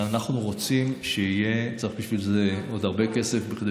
אבל צריך בשביל זה עוד הרבה כסף כדי